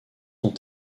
ont